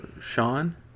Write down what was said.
Sean